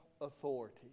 authority